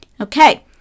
Okay